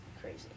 Crazy